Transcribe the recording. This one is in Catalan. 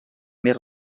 més